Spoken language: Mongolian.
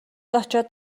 очоод